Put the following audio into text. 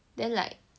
then like